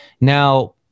Now